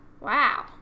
Wow